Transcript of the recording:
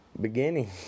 beginning